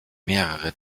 mehrere